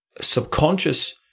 subconscious